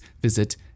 visit